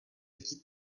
chtít